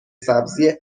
سبزی